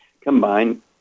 combined